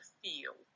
feel